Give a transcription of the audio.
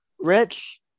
Rich